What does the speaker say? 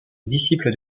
disciple